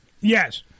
Yes